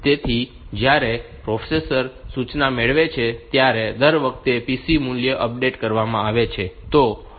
તેથી જ્યારે પ્રોસેસર સૂચના મેળવે છે ત્યારે દર વખતે PC મૂલ્ય અપડેટ કરવામાં આવે છે